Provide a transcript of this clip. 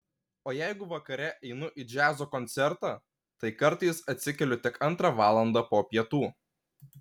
o jeigu vakare einu į džiazo koncertą tai kartais atsikeliu tik antrą valandą po pietų